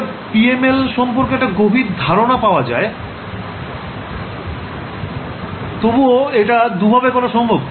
এবার PML সম্পর্কে একটা গভীর ধারনা পাওয়া যাবে তবুও এটা দুভাবে করা সম্ভব